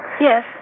Yes